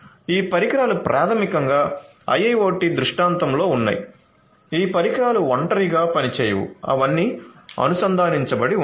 ఈ పరికరాలు ప్రాథమికంగా IIoT దృష్టాంతంలో ఉన్నాయి ఈ పరికరాలు ఒంటరిగా పనిచేయవు అవన్నీ అనుసంధానించబడి ఉన్నాయి